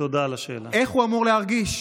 איך הוא אמור להרגיש?